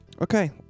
Okay